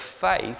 faith